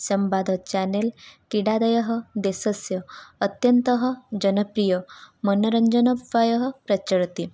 संवादचेनेल् क्रीडादयः देशस्य अत्यन्तः जनप्रियमनोरञ्जन उपायः प्रचलति